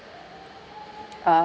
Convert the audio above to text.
uh